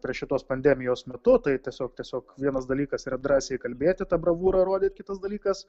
prie šitos pandemijos metu tai tiesiog tiesiog vienas dalykas yra drąsiai kalbėti ta bravūra rodė kitas dalykas